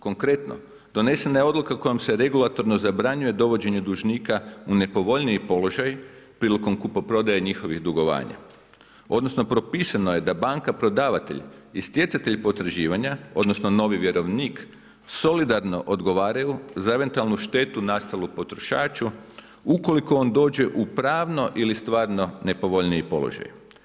Konkretno, donesena je odluka kojom se regulatorno zabranjuje dovođenje dužnika u nepovoljniji položaj prilikom kupoprodaje njihovih dugovanja, odnosno propisano je da banka prodavatelj i stjecatelj potraživanja, odnosno novi vjerovnik, solidarno odgovaraju za eventualnu štetu nastalu potrošaču, ukoliko on dođe u pravno ili stvarno nepovoljniji položaj.